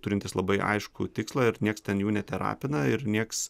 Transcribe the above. turintis labai aiškų tikslą ir nieks ten jų neterapina ir nieks